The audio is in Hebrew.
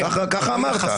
ככה אמרת.